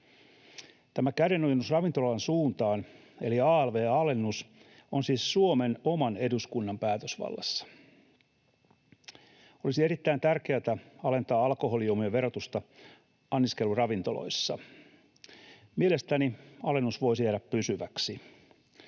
Tämä kä-denojennus ravintola-alan suuntaan eli alv-alennus on siis Suomen oman eduskunnan päätösvallassa. Olisi erittäin tärkeätä alentaa alkoholijuomien verotusta anniskeluravintoloissa. Mielestäni alennus voisi jäädä pysyväksi.